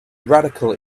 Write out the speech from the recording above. radical